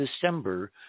December